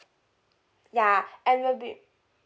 ya and will be